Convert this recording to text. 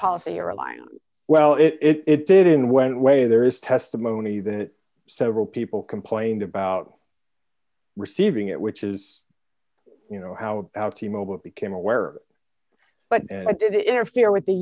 policy or a line well if it didn't went way there is testimony that several people complained about receiving it which is you know how about t mobile became aware but i did it interfere with the